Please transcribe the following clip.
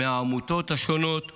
מהעמותות השונות ומהארגונים.